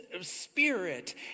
spirit